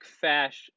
fashion